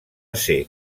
ser